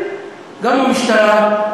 גם המשטרה,